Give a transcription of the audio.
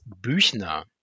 Büchner